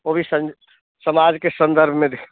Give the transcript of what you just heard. वो भी समाज के संदर्भ में दिख